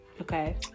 Okay